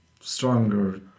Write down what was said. stronger